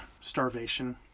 starvation